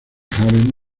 haven